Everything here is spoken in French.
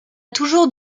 toujours